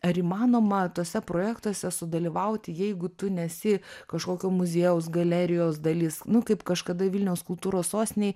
ar įmanoma tuose projektuose sudalyvauti jeigu tu nesi kažkokio muziejaus galerijos dalis nu kaip kažkada vilniaus kultūros sostinėj